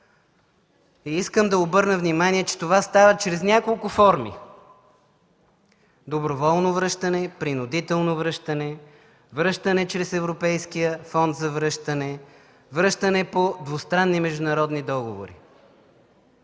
Искам да обърна внимание, че това става чрез няколко форми: доброволно връщане, принудително връщане, връщане чрез Европейския фонд за връщане, връщане по двустранни международни договори.